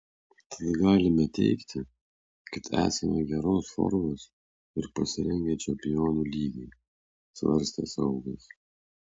tad galime teigti kad esame geros formos ir pasirengę čempionų lygai svarstė saugas